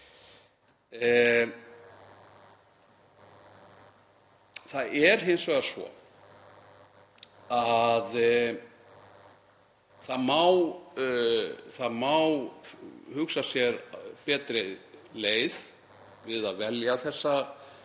Það er hins vegar svo að það má hugsa sér betri leið við að velja þessa